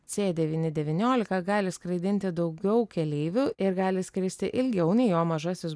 c devyni devyniolika gali skraidinti daugiau keleivių ir gali skristi ilgiau nei jo mažasis